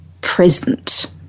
present